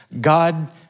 God